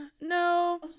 no